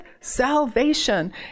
salvation